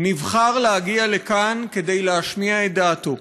נבחר להגיע לכאן כדי להשמיע את דעתו.